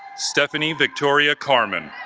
stephanie victoria carmen